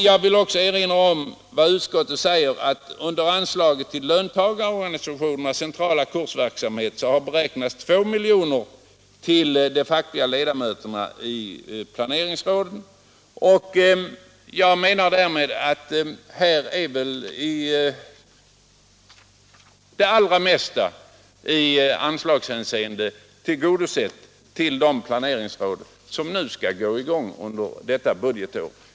Jag vill också erinra om vad utskottet säger, att under anslaget till löntagarorganisationernas centrala kursverksamhet har beräknats 2 miljoner till de fackliga ledamöterna i planeringsråden. Därmed bör det allra mesta i anslagshänseende vara tillgodosett för de planeringsråd som sätter i gång under detta budgetår.